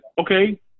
okay